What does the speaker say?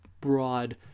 broad